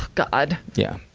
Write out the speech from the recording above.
god! yeah